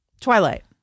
Twilight